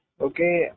Okay